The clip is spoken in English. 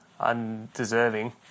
undeserving